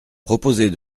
proposer